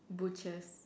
butchers